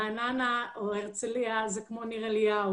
רעננה או הרצליה זה כמו ניר אליהו